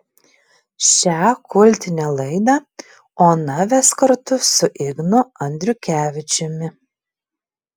šią kultinę laidą ona ves kartu su ignu andriukevičiumi